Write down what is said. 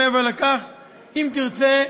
מעבר לכך, אם תרצה,